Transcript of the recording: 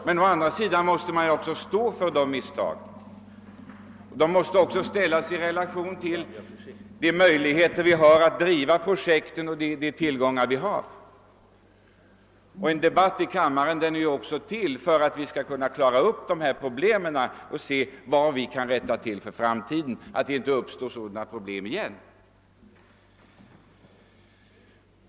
Men å andra sidan måste man själv stå för kostnaderna för dessa misstag och de måste även ställas i relation till de möjligheter man har att driva projekten och de tillgångar man har. En debatt i kammaren är ju till för att vi skall klara upp saker och ting och se vad vi kan göra för framtiden, så att inte liknande problem uppstår igen.